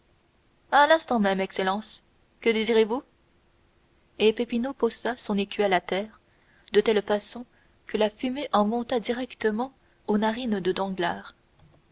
l'instant même excellence que désirez-vous et peppino posa son écuelle à terre de telle façon que la fumée en monta directement aux narines de danglars